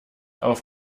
auf